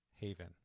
Haven